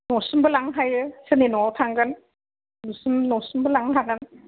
न'सिमबो लांनो हायो सोरनि न'आव थांगोन न'सिम न'सिमबो लांनो हागोन